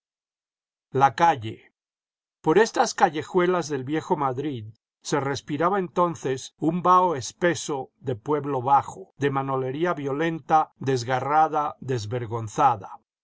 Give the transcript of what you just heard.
la calle por estas callejuelas del viejo madrid se respiraba entonces un vaho espeso de pueblo bajo de manolería violenta desgarrada desvergonzada